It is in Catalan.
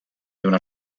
donar